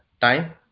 time